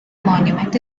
monument